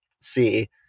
see